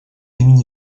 имени